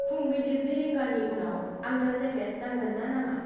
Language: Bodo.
फुंबिलि जि रिंगानि उनाव आंनो जेकेट नांगोन ना नाङा